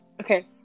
Okay